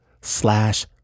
slash